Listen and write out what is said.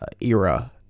era